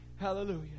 Hallelujah